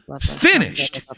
finished